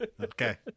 Okay